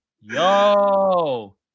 Yo